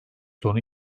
tonu